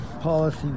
policy